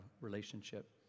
relationship